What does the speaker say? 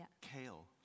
kale